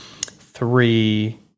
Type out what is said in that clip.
three